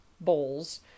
bowls